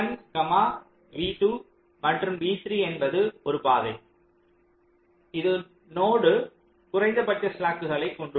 V1 V2 மற்றும் v3 என்பது ஒரு பாதை இது நோடு குறைந்தபட்ச ஸ்லாக்குகளை கொண்டுள்ளது